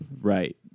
right